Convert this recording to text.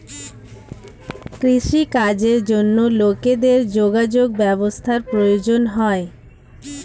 কৃষি কাজের জন্য লোকেদের যোগাযোগ ব্যবস্থার প্রয়োজন হয়